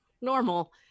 normal